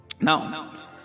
now